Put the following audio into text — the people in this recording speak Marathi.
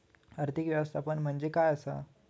आर्थिक व्यवस्थापन म्हणजे काय असा?